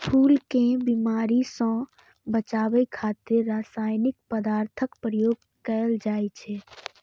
फूल कें बीमारी सं बचाबै खातिर रासायनिक पदार्थक प्रयोग कैल जाइ छै